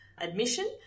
admission